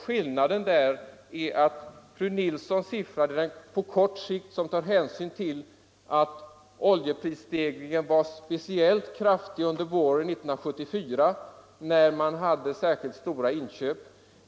Skillnaden är den att fru Nilssons siffra gäller på kort sikt med hänsyn tagen till att oljeprisstegringen var speciellt kraftig under våren 1974 när företagen gjorde stora inköp.